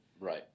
Right